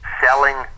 selling